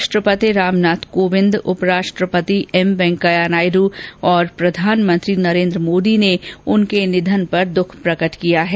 राष्ट्रपति रामनाथ कोविंद उपराष्ट्रपति एम वैकेंया नायडू और प्रधानमंत्री नरेन्द्र मोदी ने उनके निधन पर दुख प्रकट किया है